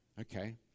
Okay